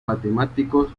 matemáticos